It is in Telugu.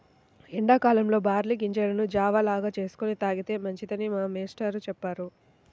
ఎండా కాలంలో బార్లీ గింజలను జావ లాగా చేసుకొని తాగితే మంచిదని మా మేష్టారు చెప్పారు